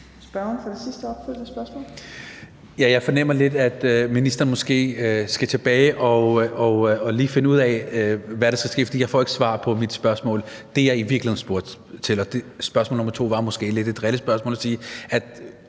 Jeg fornemmer lidt, at ministeren måske skal tilbage og lige finde ud af, hvad der skal ske, for jeg får ikke svar på mit spørgsmål. Spørgsmål nummer to var måske lidt et drillespørgsmål – at sige, at